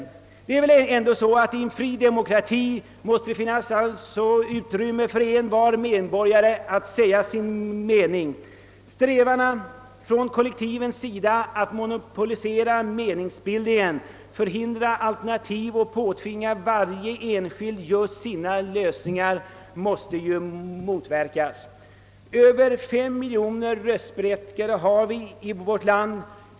Emellertid måste det väl i en fri demokrati finnas utrymme för envar medborgare att säga sin mening. Strävandena från kollektivens sida att mono polisera meningsbildningen, förhindra skapandet av alternativ och påtvinga varje enskild just sina lösningar måste motverkas. Vi har i vårt land över 5 miljoner röstberättigade.